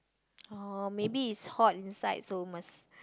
oh maybe it's hot inside so must